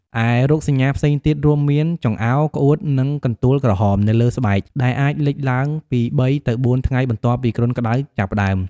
ឯរោគសញ្ញាផ្សេងទៀតរួមមាន ចង្អោរ ក្អួត និង កន្ទួលក្រហម នៅលើស្បែក ដែលអាចលេចឡើងពី ៣ ទៅ ៤ ថ្ងៃបន្ទាប់ពីគ្រុនក្តៅចាប់ផ្តើម។